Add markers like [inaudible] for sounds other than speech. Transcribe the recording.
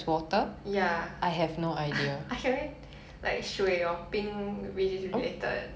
ya [laughs] I can only like 水 or 冰 which is related